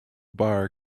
bar